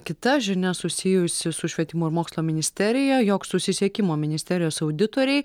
kita žinia susijusi su švietimo ir mokslo ministerija jog susisiekimo ministerijos auditoriai